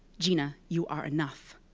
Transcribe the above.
gina, you are enough.